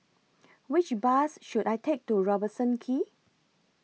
Which Bus should I Take to Robertson Quay